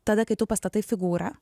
tada kai tu pastatai figūrą